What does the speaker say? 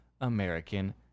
American